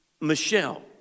Michelle